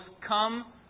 come